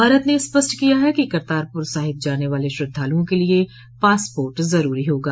भारत ने स्पष्ट किया है कि करतारपुर साहिब जाने वाले श्रद्धालुओं के लिए पासपोर्ट जरूरी होगा